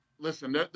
Listen